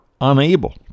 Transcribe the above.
unable